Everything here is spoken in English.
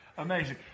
amazing